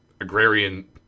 agrarian